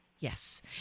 Yes